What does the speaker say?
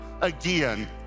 again